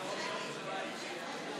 ימינה וישראל ביתנו